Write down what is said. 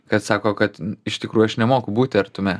kad sako kad iš tikrųjų aš nemoku būti artume